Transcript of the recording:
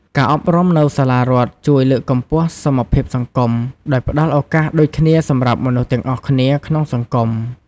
ការអប់រំនៅសាលារដ្ឋជួយលើកកម្ពស់សមភាពសង្គម ដោយផ្តល់ឱកាសដូចគ្នាសម្រាប់មនុស្សទាំងអស់គ្នាក្នុងសង្គម។